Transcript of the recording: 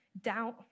doubt